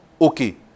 okay